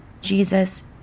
Jesus